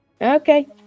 Okay